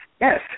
yes